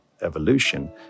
evolution